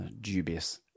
Dubious